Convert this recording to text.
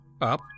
up